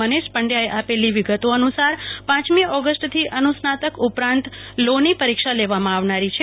મનીષ પંડ્યાએ આપેલી વિગતો અનુસાર પાંચ ઓગસ્ટથી અનુસ્નાતક ઉપરાંત લોની પરીક્ષા લેવામાં આવનાર છે